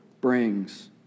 brings